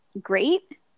great